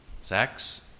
sex